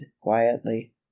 quietly